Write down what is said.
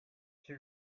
she